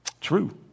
true